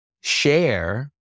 share